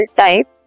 type